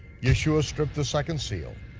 yeshua stripped the second seal,